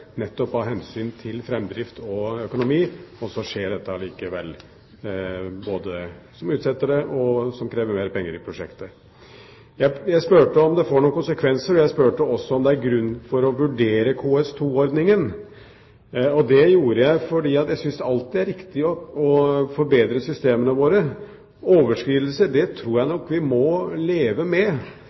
nettopp av hensyn til framdrift og økonomi. Og så skjer dette allikevel, noe som utsetter det, og som krever mer penger i budsjettet. Jeg spurte om det får noen konsekvenser. Jeg spurte også om det er grunn til å vurdere KS2-ordningen. Det gjorde jeg fordi jeg alltid syns det er riktig å forbedre systemene våre. Overskridelser tror jeg nok vi må leve med